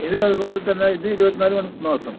ഇതും അതുപോലെ തന്നെ ഇത് ഇരുപത്തിനാല് മണിക്കൂർ